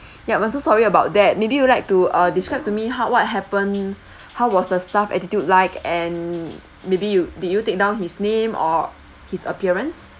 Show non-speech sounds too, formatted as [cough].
[noise] yup I'm so sorry about that maybe you would like to err describe to me how what happened how was the staff attitude like and maybe you did you take down his name or his appearance